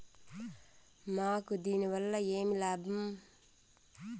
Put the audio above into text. మాకు దీనివల్ల ఏమి లాభం